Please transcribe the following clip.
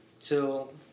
till